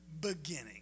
beginning